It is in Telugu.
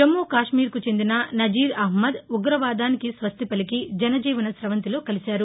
జమ్మూకాశ్మీర్కు చెందిన నజీర్ అహ్నద్ ఉగ్రవాదానికి స్వస్థి పలికి జనజీవన సవంతిలో కలిశారు